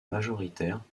majoritaire